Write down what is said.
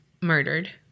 murdered